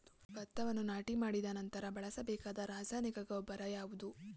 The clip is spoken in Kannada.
ಭತ್ತವನ್ನು ನಾಟಿ ಮಾಡಿದ ನಂತರ ಬಳಸಬೇಕಾದ ರಾಸಾಯನಿಕ ಗೊಬ್ಬರ ಯಾವುದು?